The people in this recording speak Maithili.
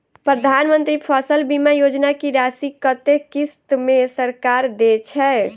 प्रधानमंत्री फसल बीमा योजना की राशि कत्ते किस्त मे सरकार देय छै?